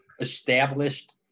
established